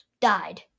died